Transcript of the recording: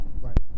right